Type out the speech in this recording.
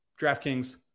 DraftKings